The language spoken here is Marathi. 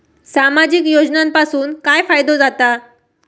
सामाजिक योजनांपासून काय फायदो जाता?